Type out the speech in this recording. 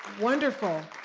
wonderful.